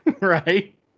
Right